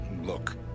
Look